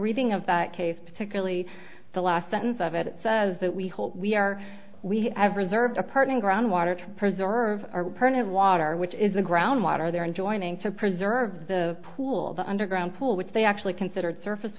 reading of the cave particularly the last sentence of it says that we hope we are we have reserved a parting groundwater to preserve our permanent water which is the groundwater there and joining to preserve the pool the underground pool which they actually considered surface